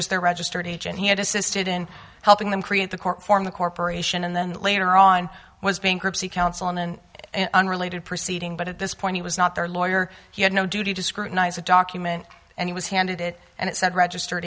just the registered agent he had assisted in helping them create the court form the corporation and then later on was bankruptcy counsel and an unrelated proceeding but at this point he was not their lawyer he had no duty to scrutinize the document and he was handed it and it said registered